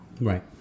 Right